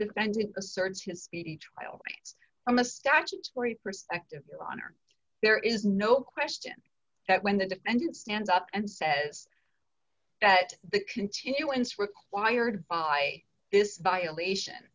defendant asserts his speedy trial from a statutory perspective your honor there is no question that when the defendant stands up and says that the continuance required by this violation